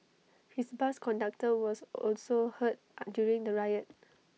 his bus conductor was also hurt on during the riot